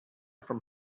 from